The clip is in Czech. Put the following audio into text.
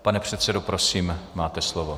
Pane předsedo, prosím, máte slovo.